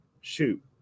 shoot